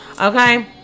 Okay